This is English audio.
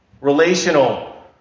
relational